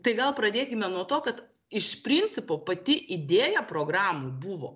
tai gal pradėkime nuo to kad iš principo pati idėja programų buvo